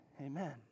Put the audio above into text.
Amen